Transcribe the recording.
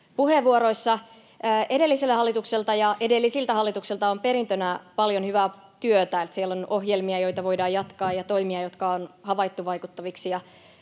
puheenvuorossa. Edelliseltä hallitukselta ja edellisiltä hallituksilta on perintönä paljon hyvää työtä. Siellä on ohjelmia, joita voidaan jatkaa, ja toimia, jotka on havaittu vaikuttaviksi.